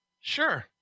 Sure